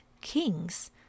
kings